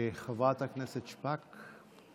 חברת הכנסת שפק.